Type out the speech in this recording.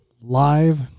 live